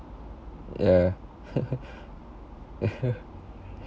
ya